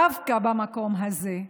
דווקא במקום הזה,